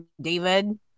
david